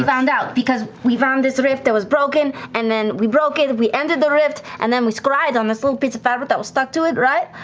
found out because we found this rift that was broken and then we broke it, we ended the rift. and then we scryed on this little piece of fabric that was stuck to it, right?